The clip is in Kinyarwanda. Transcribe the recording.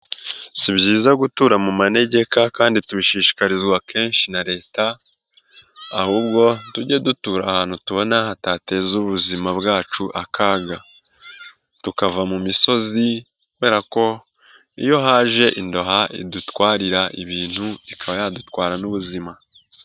Si byiza gutura mu manegeka kandi tubishishikarizwa kenshi na leta, ahubwo tujye dutura ahantu tubona hatateza ubuzima bwacu akaga, tukava mu misozi kubera ko iyo haje indoha idutwarira ibintu, ikaba yadutwara n'ubuzima.